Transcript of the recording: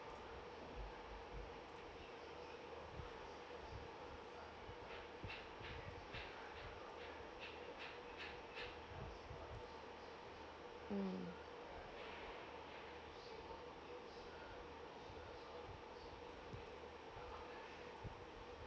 mm